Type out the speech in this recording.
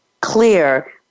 clear